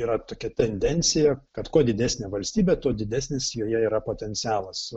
yra tokia tendencija kad kuo didesnė valstybė tuo didesnis joje yra potencialas